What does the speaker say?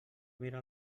mirar